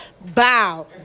Bow